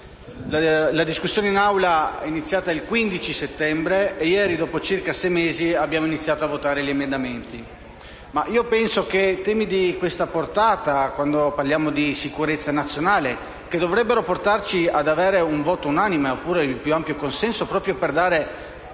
la discussione in Aula è iniziata il 15 settembre. Ieri, dopo circa sei mesi, abbiamo iniziato a votare gli emendamenti. Io penso che temi di questa portata, quando parliamo di sicurezza nazionale, che dovrebbero indurci ad esprimere un voto unanime o il più ampio consenso, proprio per dare